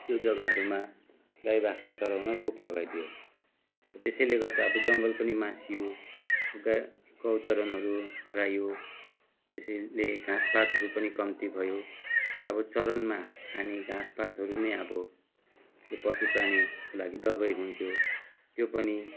त्यो जग्गाहरूमा गाई बाख्रा चराउन रोक लगाइदियो त्यसैले गर्दा अब जङ्गल पनि मासियो गाई गौ चरनहरू हरायो त्यसैले घाँस पातहरू पनि कम्ती भयो र अब चरनमा खाने घाँस पातहरू नै अब पशु प्राणीको लागि दबाई हुन्थ्यो त्यो पनि